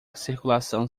circulação